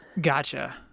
Gotcha